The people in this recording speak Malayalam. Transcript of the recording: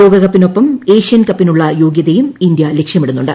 ലോകകപ്പിനൊപ്പം ഏഷ്യൻ കപ്പിനുള്ള യോഗ്യതയും ഇന്ത്യ ലക്ഷ്യമിടുന്നുണ്ട്